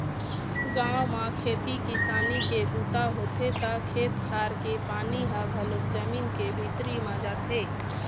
गाँव म खेती किसानी के बूता होथे त खेत खार के पानी ह घलोक जमीन के भीतरी म जाथे